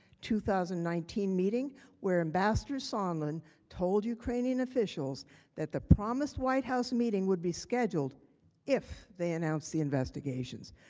two thousand and nineteen meeting where ambassador sondland told ukrainian officials that the promised white house meeting would be scheduled if they announce the investigation.